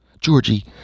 Georgie